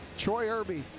troy irby,